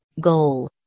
goal